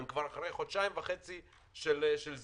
הם כבר אחרי חודשיים וחצי של סגירה,